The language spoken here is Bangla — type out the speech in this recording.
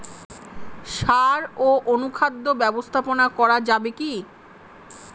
সাড় ও অনুখাদ্য ব্যবস্থাপনা করা যাবে কি?